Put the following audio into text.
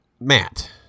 Matt